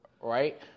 right